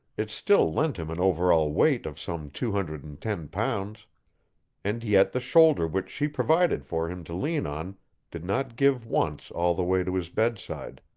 it still lent him an over-all weight of some two hundred and ten pounds and yet the shoulder which she provided for him to lean on did not give once all the way to his bedside.